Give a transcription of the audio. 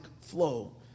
flow